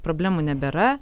problemų nebėra